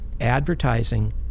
Advertising